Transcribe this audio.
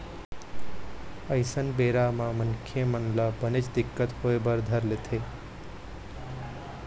अइसन बेरा म मनखे मन ल बनेच दिक्कत होय बर धर लेथे